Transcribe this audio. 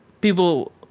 people